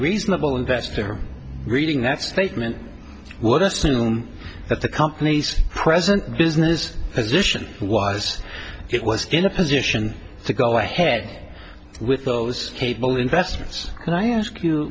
reasonable investor reading that statement would assume that the company's present business is ition was it was in a position to go ahead with those cable investments and i ask you